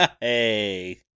Hey